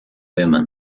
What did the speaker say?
women